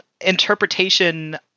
interpretation